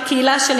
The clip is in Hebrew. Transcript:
עם הקהילה שלי.